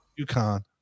UConn